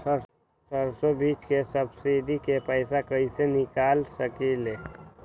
सरसों बीज के सब्सिडी के पैसा कईसे निकाल सकीले?